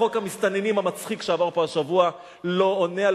חוק המסתננים המצחיק שעבר פה השבוע לא עונה על